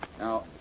Now